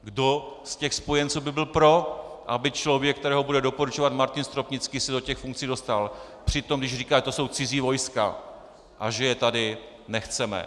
Kdo ze spojenců by byl pro, aby člověk, kterého bude doporučovat Martin Stropnický, se do funkcí dostal přitom, když říká, že to jsou cizí vojska a že je tady nechceme?